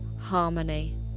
harmony